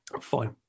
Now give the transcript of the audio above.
Fine